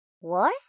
Wars